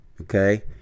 okay